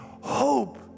hope